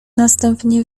następnie